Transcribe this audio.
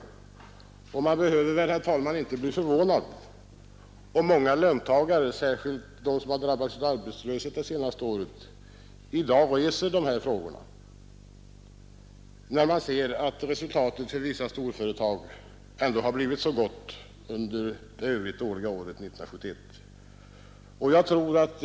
Man behöver, herr talman, inte bli förvånad om många löntagare — särskilt de som drabbats av arbetslöshet det senaste året — i dag reser sådana frågor, när de ser att resultatet för vissa storföretag ändå har blivit så gott under det i övrigt dåliga året 1971.